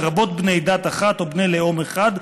לרבות בני דת אחת או בני לאום אחד,